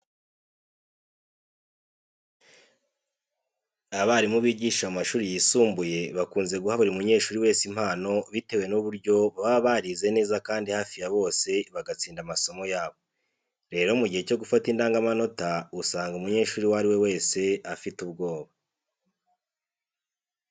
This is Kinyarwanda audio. Abarimu bigisha mu mashuri yisumbuye bakunze guha buri munyeshuri wese impano bitewe n'uburyo baba barize neza kandi hafi ya bose bagatsinda amasomo yabo. Rero mu gihe cyo gufata ingandamanota, usanga umunyeshuri uwo ari we wese afite ubwoba.